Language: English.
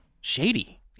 shady